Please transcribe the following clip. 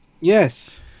Yes